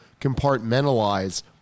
compartmentalize